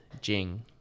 Jing